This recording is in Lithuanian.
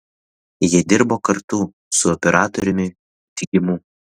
jie dirbo kartu su operatoriumi digimu